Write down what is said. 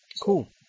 Cool